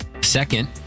Second